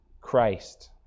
Christ